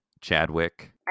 Chadwick